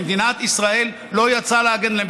שמדינת ישראל לא יצאה להגן עליהם.